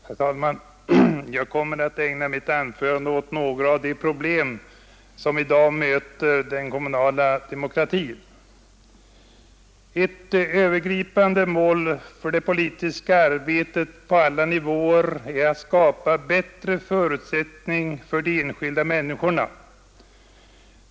Herr talman! Jag kommer att ägna mitt anförande åt några av de problem som i dag möter den kommunala demokratin. Ett övergripande mål för det politiska arbetet på alla nivåer är att skapa bättre förutsättningar för de enskilda människorna.